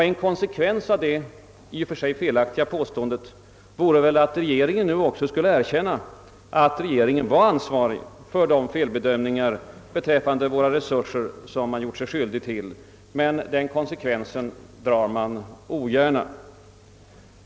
En konsekvens av detta i och för sig felaktiga påstående vore att regeringen nu skulle erkänna att den också var ansvarig för de felbedömningar beträffande våra resurser som den gjort sig skyldig till, men den slutsatsen drar man ogärna.